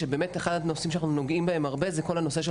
שאחד הנושאים שאנחנו נוגעים בהם הרבה זה כל הנושא של